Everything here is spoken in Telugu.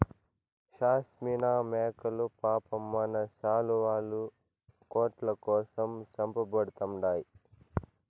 షాస్మినా మేకలు పాపం మన శాలువాలు, కోట్ల కోసం చంపబడతండాయి